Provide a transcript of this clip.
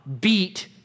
beat